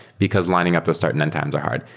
because lining up the start and end times are hard.